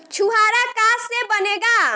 छुआरा का से बनेगा?